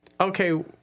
okay